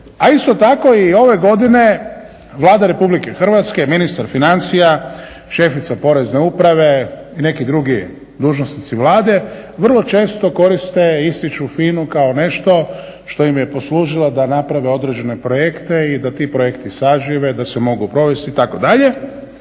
A isto tako i ove godine Vlada Republike Hrvatske, ministar financija, šefica Porezne uprave i neki drugi dužnosnici Vlade vrlo često koriste i ističu FINA-u kao nešto što im je poslužilo da naprave određene projekte i da ti projekti sažive, da se mogu provesti itd.